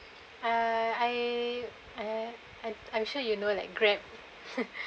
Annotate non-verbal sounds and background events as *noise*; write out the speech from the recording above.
uh I (uh)I'm I'm sure you know like Grab *laughs*